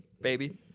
Baby